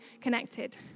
connected